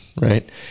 right